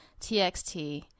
txt